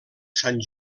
sant